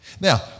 Now